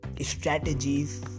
strategies